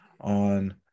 on